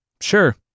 Sure